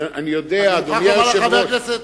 אדוני היושב-ראש,